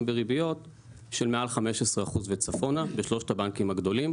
בריביות של מעל 15% וצפונה בשלושת הבנקים הגדולים.